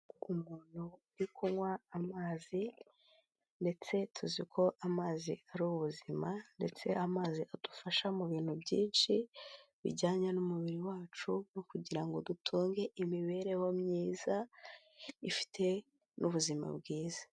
Umuntu uri kunywa amazi. Ndetse tuzi ko amazi ari ubuzima. Ndetse amazi adufasha mu bintu byinshi bijyanye n'umubiri wacu no kugira ngo dutunge imibereho myiza ifite n'ubuzima bwiza.